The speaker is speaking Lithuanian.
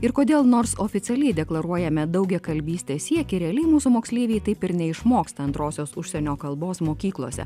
ir kodėl nors oficialiai deklaruojame daugiakalbystės siekį realiai mūsų moksleiviai taip ir neišmoksta antrosios užsienio kalbos mokyklose